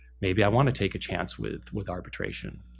maybe i want to take a chance with with arbitration,